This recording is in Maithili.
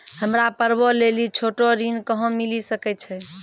हमरा पर्वो लेली छोटो ऋण कहां मिली सकै छै?